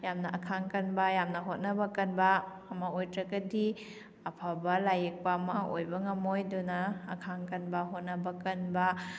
ꯌꯥꯝꯅ ꯑꯈꯥꯡ ꯀꯟꯕ ꯌꯥꯝꯅ ꯍꯣꯠꯅꯕ ꯀꯟꯕ ꯑꯃ ꯑꯣꯏꯗ꯭ꯔꯒꯗꯤ ꯑꯐꯕ ꯂꯥꯏ ꯌꯦꯛꯄ ꯑꯃ ꯑꯣꯏꯕ ꯉꯝꯃꯣꯏ ꯑꯗꯨꯅ ꯑꯈꯥꯡ ꯀꯟꯕ ꯍꯣꯠꯅꯕ ꯀꯟꯕ